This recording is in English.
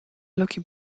loki